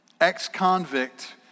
ex-convict